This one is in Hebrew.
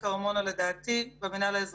כרמונה, לדעתי, במינהל האזרחי.